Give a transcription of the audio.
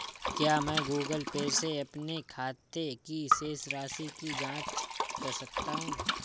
क्या मैं Google Pay से अपने खाते की शेष राशि की जाँच कर सकता हूँ?